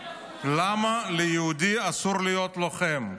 למה ליהודי אסור להיות לוחם?